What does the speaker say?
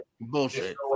bullshit